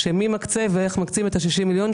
מי מקצה ואיך מקצים את ה-60 מיליון,